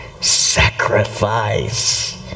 sacrifice